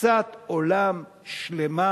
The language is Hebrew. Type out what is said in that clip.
תפיסת עולם שלמה,